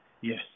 Yes